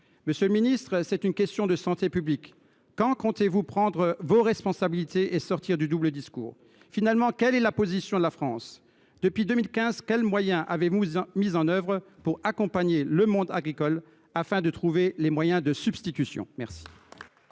de l’agriculture, c’est une question de santé publique ! Quand comptez vous prendre vos responsabilités et sortir du double discours ? En définitive, quelle est la position de la France ? Depuis 2015, quels moyens avez vous mis en œuvre pour accompagner le monde agricole dans la recherche de moyens de substitution ? La